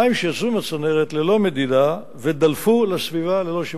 מים שיצאו מהצנרת ללא מדידה ודלפו לסביבה ללא שימוש.